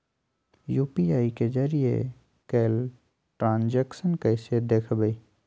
UPI के जरिए कैल ट्रांजेक्शन कैसे देखबै?